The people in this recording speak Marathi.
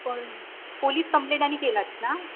पण पोलिस कम्प्लेट आणि केलात ना